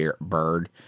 bird